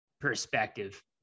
perspective